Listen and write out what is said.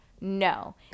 No